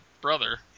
brother